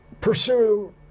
pursue